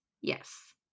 Yes